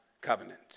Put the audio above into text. covenant